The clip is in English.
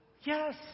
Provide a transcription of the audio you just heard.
Yes